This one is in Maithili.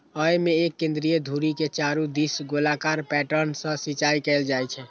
अय मे एक केंद्रीय धुरी के चारू दिस गोलाकार पैटर्न सं सिंचाइ कैल जाइ छै